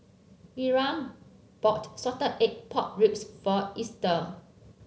Era bought Salted Egg Pork Ribs for Ester